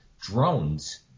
drones